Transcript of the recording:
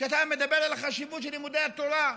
כשאתה מדבר על החשיבות של לימודי התורה,